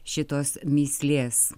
šitos mįslės